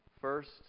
First